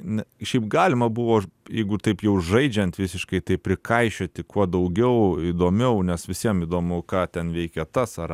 ne šiaip galima buvo jeigu taip jau žaidžiant visiškai tai prikaišioti kuo daugiau įdomiau nes visiem įdomu ką ten veikia tas ar